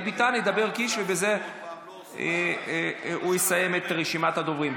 ביטן ידבר קיש ובזה נסיים את רשימת הדוברים.